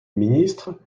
ministre